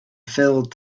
filled